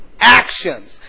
actions